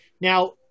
Now